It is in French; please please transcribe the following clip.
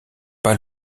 pas